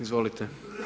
Izvolite.